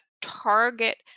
target